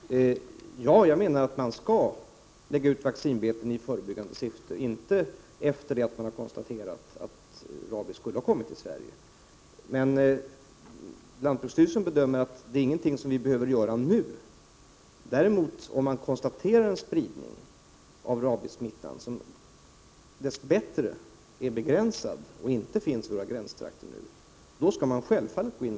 Herr talman! Jag menar att man skall lägga ut vaccinbete i förebyggande syfte och inte efter det att man har konstaterat att rabies skulle ha kommit till Sverige. Lantbruksstyrelsen bedömer emellertid att detta inte är någonting vi behöver göra nu. Däremot skall man självfallet gå in med de åtgärderna när myndigheterna bedömer att det är lagom att göra det, om man konstaterar en spridning av rabiessmittan.